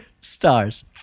stars